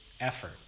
effort